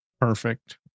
Perfect